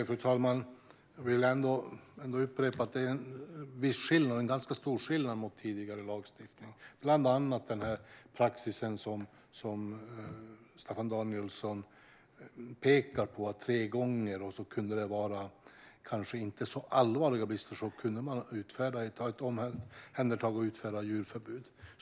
Fru talman! Jag vill upprepa att det är ganska stor skillnad mot tidigare lagstiftning, bland annat den praxis som Staffan Danielsson pekar på om det här med tre gånger och att man kunde omhänderta djur och utfärda djurförbud även om det kanske inte var så allvarliga brister.